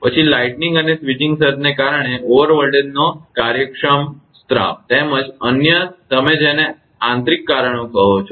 પછી લાઇટનીંગ અને સ્વિચિંગ સર્જને કારણે ઓવર વોલ્ટેજનો કાર્યક્ષમ સ્રાવ તેમજ અન્ય તમે જેને તમે આંતરિક કારણો કહો છો